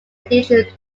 addiction